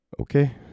Okay